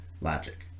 logic